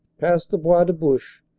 past the bois de bouche,